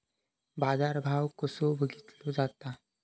बाजार भाव कसो बघीतलो जाता?